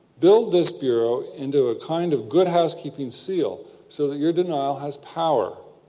build this bureau into a kind of good housekeeping seal, so that your denial has power,